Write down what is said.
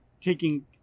taking